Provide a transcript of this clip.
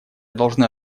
должны